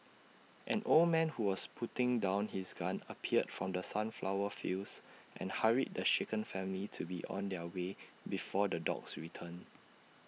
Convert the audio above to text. an old man who was putting down his gun appeared from the sunflower fields and hurried the shaken family to be on their way before the dogs return